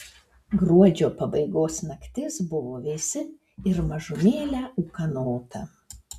gruodžio pabaigos naktis buvo vėsi ir mažumėlę ūkanota